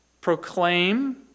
proclaim